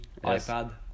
iPad